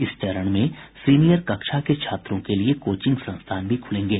इस चरण में सीनियर कक्षा के छात्रों के लिए कोचिंग संस्थान भी खुलेंगे